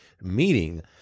meaning